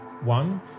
one